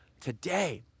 today